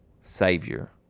Savior